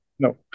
No